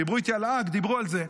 דיברו איתי על האג, דיברו על זה,